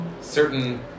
certain